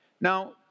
Now